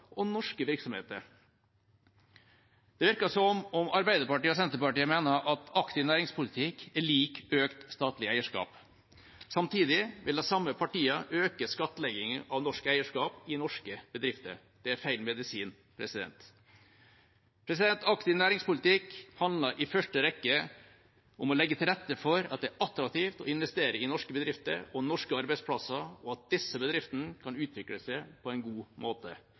og norske virksomheter. Det virker som om Arbeiderpartiet og Senterpartiet mener at aktiv næringspolitikk er lik økt statlig eierskap. Samtidig vil de samme partiene øke skattleggingen av norsk eierskap i norske bedrifter. Det er feil medisin. Aktiv næringspolitikk handler i første rekke om å legge til rette for at det er attraktivt å investere i norske bedrifter og norske arbeidsplasser, og at disse bedriftene kan utvikle seg på en god måte.